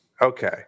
Okay